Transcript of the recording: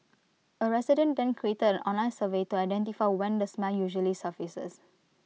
A resident then created an online survey to identify when the smell usually surfaces